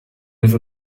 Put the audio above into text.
with